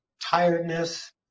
Tiredness